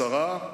שרה,